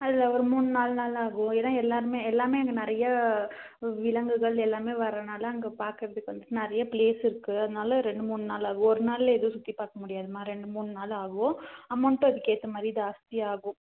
அதில் ஒரு மூண் நால் நாள் ஆகும் ஏன்னா எல்லாருமே எல்லாமே அங்கே நிறைய விலங்குகள் எல்லாமே வர்றனால அங்கே பார்க்குறதுக்கு வந்துவிட்டு நிறைய ப்ளேஸ் இருக்கு அதனால ரெண்டு மூண் நாள் ஆகும் ஒரு நாளில் எதுவும் சுற்றி பார்க்க முடியாது அம்மா ரெண்டு மூண் நாள் ஆகும் அமௌண்டும் அதுக்கு ஏற்ற மாதிரி ஜாஸ்தி ஆகும்